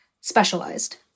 specialized